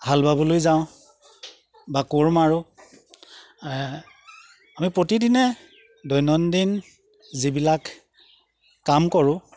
হাল বাবলৈ যাওঁ বা কোৰ মাৰো আমি প্ৰতিদিনে দৈনন্দিন যিবিলাক কাম কৰো